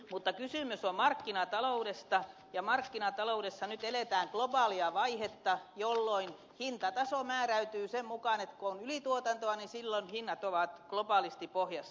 mutta kysymys on markkinataloudesta ja markkinataloudessa nyt eletään globaalia vaihetta jolloin hintataso määräytyy sen mukaan että kun on ylituotantoa niin silloin hinnat ovat globaalisti pohjassa